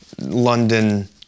London